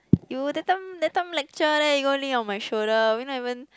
you that time that time lecture there you go lean on my shoulder we not even